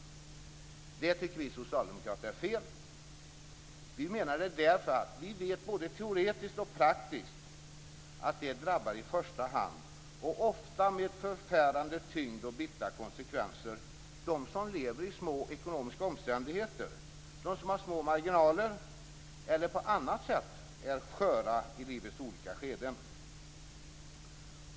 Det tycker vi socialdemokrater är fel. Vi vet både teoretiskt och praktiskt att det i första hand och ofta med förfärande tyngd och bittra konsekvenser drabbar dem som lever i små ekonomiska omständigheter, dem som har små marginaler eller på annat sätt är sköra i livets olika skeden.